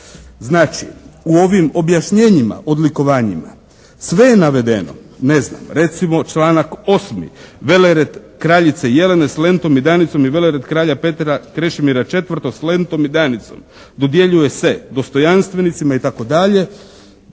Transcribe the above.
Znači u ovim objašnjenjima odlikovanjima sve je navedeno, ne znam recimo članak 8. velered kraljice Jelene s lentom i danicom i velered kralja Petra Krešimira IV. s lentom i danicom dodjeljuje se dostojanstvenicima itd.